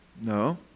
No